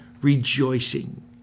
rejoicing